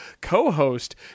co-host